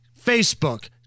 facebook